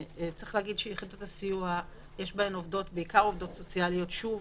צריך להגיד שביחידות הסיוע יש בעיקר עובדות סוציאליות שוב,